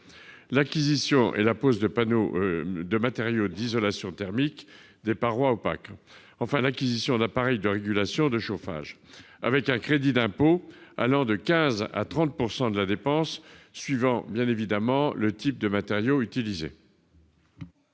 l'acquisition et la pose de matériaux d'isolation thermique des parois opaques et enfin l'acquisition d'appareils de régulation de chauffage. Le crédit d'impôt va de 15 % à 30 % de la dépense suivant les types de matériaux.